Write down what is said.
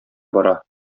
бара